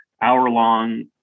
hour-long